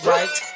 Right